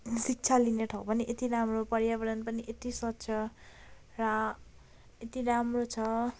शिक्षा लिने ठाउँ पनि यति राम्रो पर्यावरण पनि यति स्वच्छ र यति राम्रो छ